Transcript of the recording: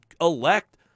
elect